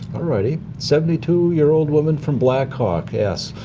righty. seventy two year old woman from black hawk asks,